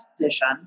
vision